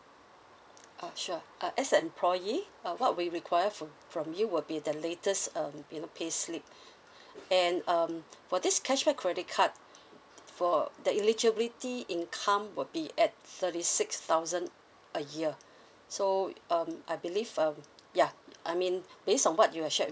ah sure uh as employees uh what we require from from you will be the latest um you know pay slip and um for this cashback credit card for the eligibility income will be at thirty six thousand a year so um I believe um yeah I mean based on what you've shared